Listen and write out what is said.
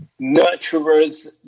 nurturers